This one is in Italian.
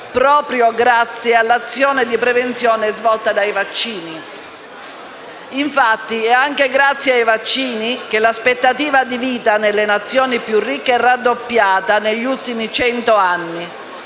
proprio grazie all'azione di prevenzione svolta dai vaccini. Infatti, è anche grazie ai vaccini che l'aspettativa di vita nelle Nazioni più ricche è raddoppiata negli ultimi cento anni.